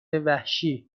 وحشی